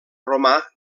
romà